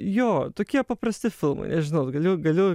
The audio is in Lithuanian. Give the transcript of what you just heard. jo tokie paprasti filmai nežinau galiu galiu